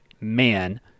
man